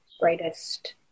greatest